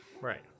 right